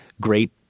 great